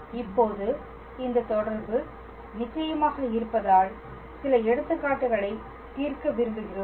இப்போது இந்த தொடர்பு நிச்சயமாக இருப்பதால் சில எடுத்துக்காட்டுகளை தீர்க்க விரும்புகிறோம்